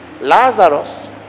Lazarus